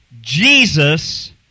Jesus